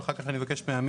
ואחר כך אני אבקש מעמית